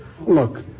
look